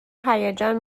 هیجان